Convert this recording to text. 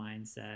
mindset